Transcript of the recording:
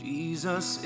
Jesus